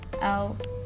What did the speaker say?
out